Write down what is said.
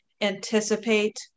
anticipate